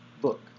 book